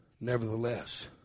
Nevertheless